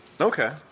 Okay